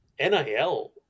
NIL